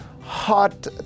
hot